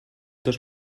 dos